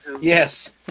Yes